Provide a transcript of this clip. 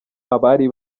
abari